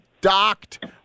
docked